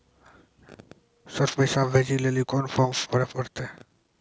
Sir पैसा भेजै लेली कोन फॉर्म भरे परतै?